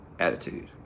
attitude